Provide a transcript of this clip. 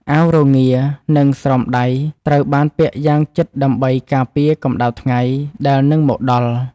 អាវរងា និងស្រោមដៃត្រូវបានពាក់យ៉ាងជិតដើម្បីការពារកម្ដៅថ្ងៃដែលនឹងមកដល់។